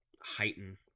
heighten